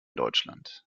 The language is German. deutschland